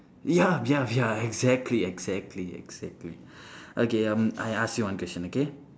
ya ya ya exactly exactly exactly okay um I ask you one question okay